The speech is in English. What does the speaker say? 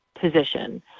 position